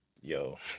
yo